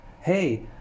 hey